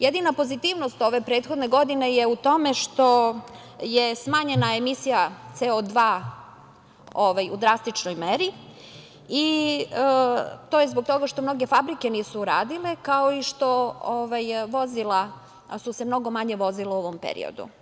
Jedina pozitivnost ove prethodne godine je u tome što je smanjena emisija CO2 u drastičnoj meri i to je zbog toga što mnoge fabrike nisu radile, kao što su se vozila mnogo manje vozila u ovom periodu.